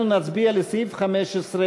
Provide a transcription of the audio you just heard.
אנחנו נצביע על סעיף 15,